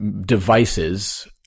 devices